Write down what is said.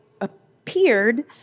appeared